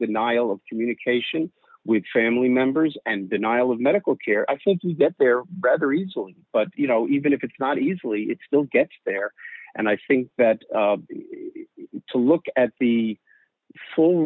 denial of communication with family members and denial of medical care i think you get there rather easily but you know even if it's not easily it still gets there and i think that to look at the full